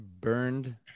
burned